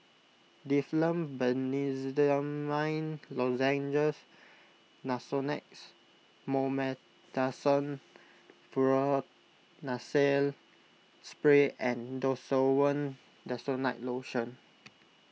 Difflam Benzydamine Lozenges Nasonex Mometasone Furoate Nasal Spray and Desowen Desonide Lotion